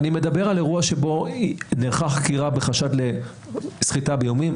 אני מדבר על אירוע שבו נערכה חקירה בחשד לסחיטה באיומים.